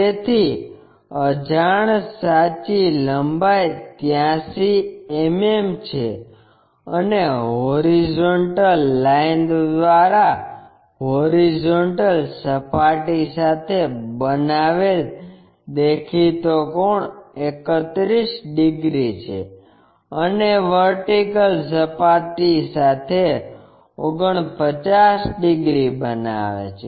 તેથી અજાણ સાચી લંબાઈ 83 mm છે અને હોરિઝોન્ટલ લાઈન દ્વારા હોરિઝોન્ટલ સપાટી સાથે બનાવેલ દેખીતો કોણ 31 ડિગ્રી છે અને વર્ટિકલ સપાટી સાથે 49 ડિગ્રી બનાવે છે